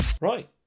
Right